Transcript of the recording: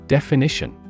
Definition